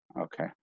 Okay